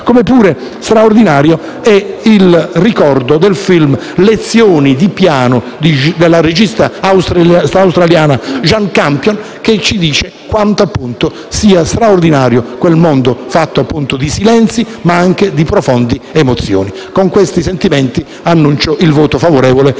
Altrettanto straordinario è il ricordo del film «Lezioni di piano» della regista australiana Jane Campion, che ci dice quanto sia straordinario quel mondo fatto di silenzi, ma anche di profonde emozioni. Con questi sentimenti, dichiaro il voto favorevole